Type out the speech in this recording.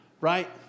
right